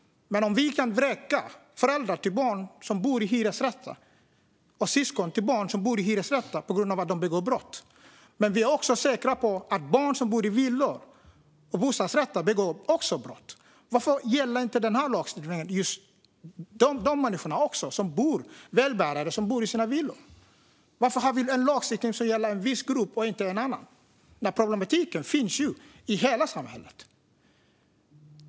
Kan vi vräka föräldrar till barn som bor i hyresrätter och syskon till barn som bor i hyresrätter på grund av att de begår brott? Men vi är också säkra på att barn som i villor och bostadsrätter också begår brott. Varför gäller inte den här lagstiftningen också för de människor som är välbärgade och bor i villor? Varför har vi en lagstiftning som gäller en viss grupp och inte en annan? Problemen finns ju i hela samhället.